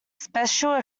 special